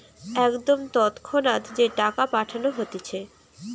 একদম তৎক্ষণাৎ যে টাকা পাঠানো হতিছে